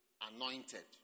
anointed